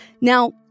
Now